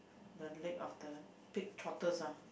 the leg of the pig trotters ah